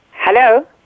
Hello